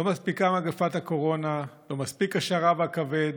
לא מספיקה מגפת הקורונה, לא מספיק השרב הכבד,